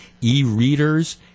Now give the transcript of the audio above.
E-readers